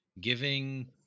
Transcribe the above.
giving